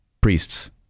priests